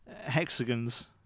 hexagons